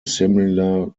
similar